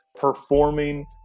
performing